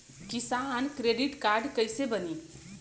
किसान credit card कइसे बानी?